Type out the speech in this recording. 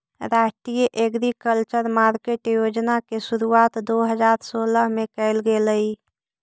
राष्ट्रीय agriculture market योजना के शुरुआत दो हज़ार सोलह में कैल गेलइ